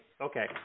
Okay